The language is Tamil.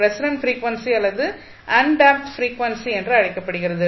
ரெசனன்ட் பிரீஃவென்சி அல்லது அன்டேம்ப்டு பிரீஃவென்சி என அழைக்கப்படுகிறது